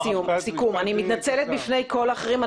אני מתנצלת בפני כל האחרים,